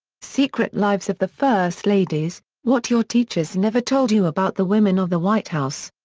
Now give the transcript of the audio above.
secret lives of the first ladies what your teachers never told you about the women of the white house.